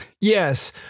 yes